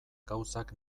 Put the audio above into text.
gauzak